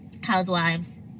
housewives